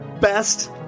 Best